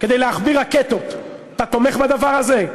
כדי להחביא רקטות, אתה תומך בדבר הזה?